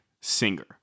Singer